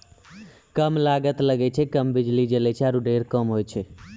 कम लागत लगै छै, कम बिजली जलै छै आरो ढेर काम होय छै